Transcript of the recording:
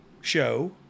show